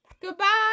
Goodbye